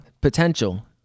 Potential